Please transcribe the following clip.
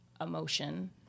emotion